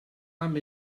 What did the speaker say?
amb